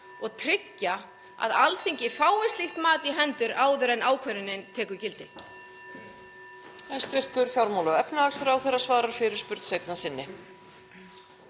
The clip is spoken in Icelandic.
og tryggja að Alþingi fái slíkt mat í hendur áður en ákvörðunin tekur gildi?